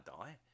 die